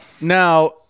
Now